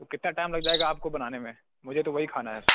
تو کتنا ٹائم لگ جائے گا آپ کو بنانے میں مجھے تو وہی کھانا ہے